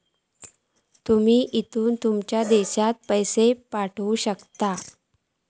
तुमी हयसून तुमच्या देशात पैशे पाठवक शकता